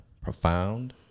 profound